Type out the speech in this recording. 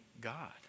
God